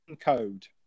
Code